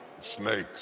snakes